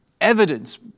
evidence